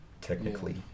technically